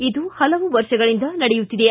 ಇದು ಹಲವು ವರ್ಷಗಳಿಂದ ನಡೆಯುತ್ತಿದೆ